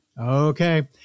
Okay